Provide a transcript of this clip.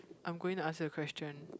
I'm going to ask you a question